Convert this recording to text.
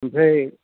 ओमफ्राय